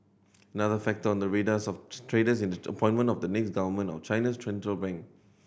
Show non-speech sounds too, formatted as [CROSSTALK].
another factor on the radars of [UNINTELLIGIBLE] traders is the appointment of the next government of China's [UNINTELLIGIBLE] bank